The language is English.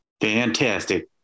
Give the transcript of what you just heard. Fantastic